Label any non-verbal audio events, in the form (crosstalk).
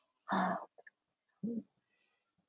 (noise)